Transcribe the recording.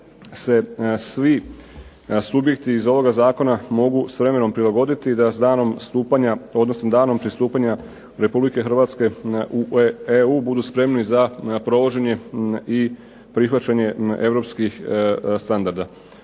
da se svi subjekti iz ovoga zakona mogu s vremenom prilagoditi i da s danom stupanja, odnosno danom pristupanja Republike Hrvatske u EU budu spremni za provođenje i prihvaćanje europskih standarda.